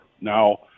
Now